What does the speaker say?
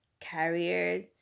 carriers